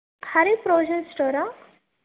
Hari provisional స్టోరా